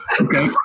Okay